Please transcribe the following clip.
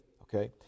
Okay